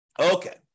Okay